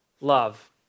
love